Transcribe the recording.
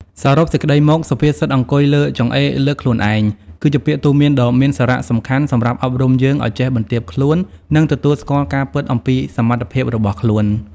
សរុបសេចក្ដីមក សុភាសិត អង្គុយលើចង្អេរ លើកខ្លួនឯង គឺជាពាក្យទូន្មានដ៏មានសារៈសំខាន់សម្រាប់អប់រំយើងឱ្យចេះបន្ទាបខ្លួន និងទទួលស្គាល់ការពិតអំពីសមត្ថភាពរបស់ខ្លួន។